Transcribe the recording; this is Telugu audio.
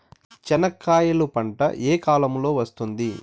చెనక్కాయలు పంట ఏ కాలము లో వస్తుంది